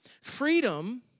Freedom